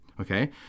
Okay